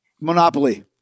Monopoly